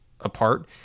apart